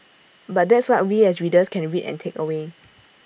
but that's what we as readers can read and take away